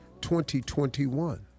2021